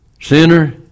Sinner